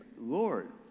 Lord